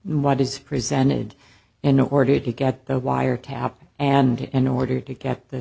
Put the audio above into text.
what is presented in order to get the wiretap and in order to get the